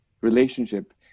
relationship